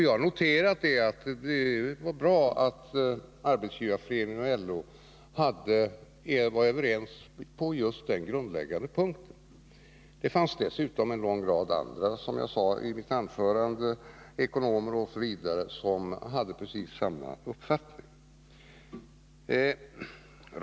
Vi har också noterat att det var bra att Arbetsgivareföreningen och LO var överens på just denna grundläggande punkt, och som jag sade i mitt förra anförande fanns det en lång rad ekonomer och andra som hade precis samma uppfattning.